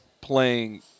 playing